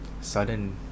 sudden